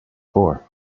four